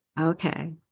Okay